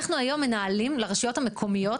אנחנו היום מנהלים לרשויות המקומיות,